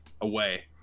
away